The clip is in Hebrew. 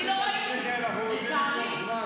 אני לא ראיתי, לצערי.